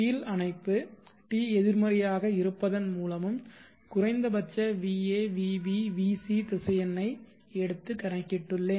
கீழ் அணைப்பு t எதிர்மறையாக இருப்பதன் மூலமும் குறைந்தபட்ச va vb vc திசையனை எடுத்து கணக்கிட்டுள்ளேன்